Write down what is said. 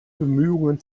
bemühungen